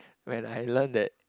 when I learn that